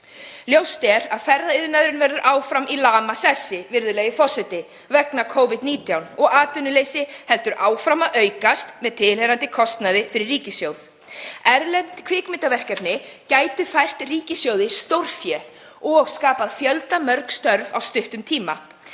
Ljóst er að ferðaiðnaðurinn verður áfram í lamasessi vegna Covid-19 og atvinnuleysi heldur áfram að aukast með tilheyrandi kostnaði fyrir ríkissjóð. Erlend kvikmyndaverkefni gætu fært ríkissjóði stórfé og skapað fjöldamörg störf á stuttum tíma.